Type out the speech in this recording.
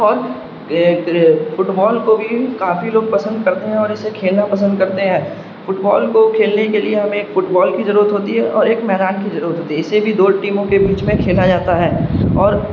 اور football کو بھی کافی لوگ پسند کرتے ہیں اور اسے کھیلنا پسند کرتے ہیں فٹ بال کو کھیلنے کے لیے ہمیں ایک فٹ بال کی ضرورت ہوتی ہے اور ایک مران کی ضرورت ہوتی ہے اسے بھی دو ٹیموں کے بیچ میں کھیلا جاتا ہے اور